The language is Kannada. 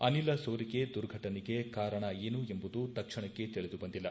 ಅನಿಲ ಸೋರಿಕೆ ಫಟನೆಗೆ ಕಾರಣ ಏನು ಎಂಬುದು ತಕ್ಷಣಕ್ಕೆ ತಿಳಿದು ಬಂದಿಲ್ಲ